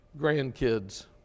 Grandkids